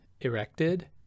erected